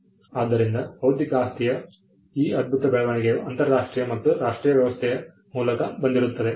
ಆದ್ದರಿಂದ ಬೌದ್ಧಿಕ ಆಸ್ತಿಯ ಈ ಅದ್ಭುತ ಬೆಳವಣಿಗೆಯು ಅಂತರರಾಷ್ಟ್ರೀಯ ಮತ್ತು ರಾಷ್ಟ್ರೀಯ ವ್ಯವಸ್ಥೆಯ ಮೂಲಕ ಬಂದಿರುತ್ತದೆ